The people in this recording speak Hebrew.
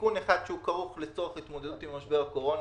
תיקון אחד שכרוך לצורך התמודדות עם משבר הקורונה,